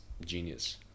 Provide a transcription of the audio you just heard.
genius